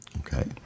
Okay